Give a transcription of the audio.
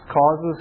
causes